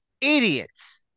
idiots